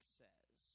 says